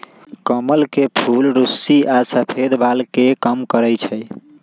कमल के फूल रुस्सी आ सफेद बाल के कम करई छई